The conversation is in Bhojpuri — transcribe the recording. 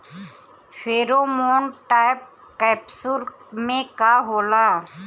फेरोमोन ट्रैप कैप्सुल में का होला?